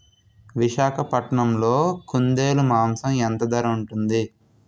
విశాఖపట్నంలో కుందేలు మాంసం ఎంత ధర ఉంటుంది?